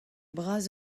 bras